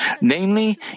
Namely